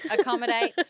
Accommodate